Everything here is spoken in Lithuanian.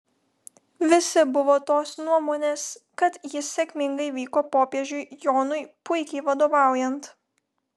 visi buvo tos nuomonės kad jis sėkmingai vyko popiežiui jonui puikiai vadovaujant